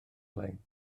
lein